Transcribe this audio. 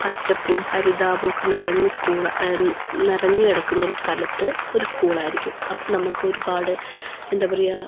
പച്ചപ്പും ഹരിതാഭവുമൊക്കെ നിറഞ്ഞ സ്കൂളാണ് നിറഞ്ഞ് കിടക്കുന്നൊരു സ്ഥലത്ത് ഒരു സ്കൂളായിരിക്കും അപ്പോൾ നമുക്ക് ഒരുപാട് എന്താ പറയുക